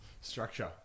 structure